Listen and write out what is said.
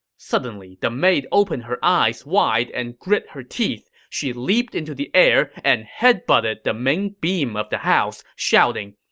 suddenly, the maid opened her eyes wide and grit her teeth. she leaped into the air and headbutted the main beam of the house, shouting,